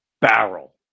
barrel